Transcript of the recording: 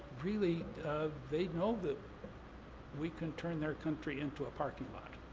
really they know that we can turn their country into a parking lot.